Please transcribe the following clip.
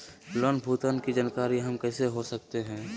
Loan भुगतान की जानकारी हम कैसे हो सकते हैं?